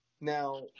Now